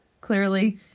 clearly